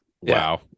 wow